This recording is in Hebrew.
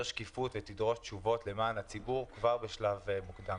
שקיפות ותדרוש תשובות למען הציבור כבר בשלב מוקדם.